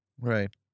Right